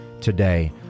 today